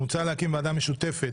מוצע להקים ועדה משותפת